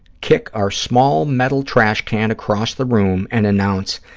kick our small metal trashcan across the room and announce,